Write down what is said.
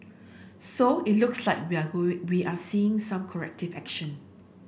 so it looks like we are going we are seeing some corrective action